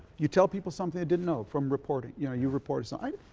you tell people something they didn't know from reporting, you know, you reported something.